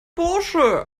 bursche